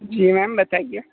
जी ma'am बताइए